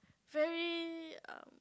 very um